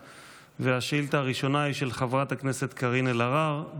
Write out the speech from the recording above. צ' הישיבה התשעים של הכנסת העשרים-וחמש יום רביעי,